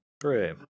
Great